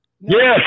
Yes